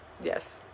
Yes